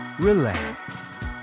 relax